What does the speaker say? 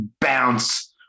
bounce